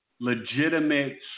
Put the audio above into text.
legitimate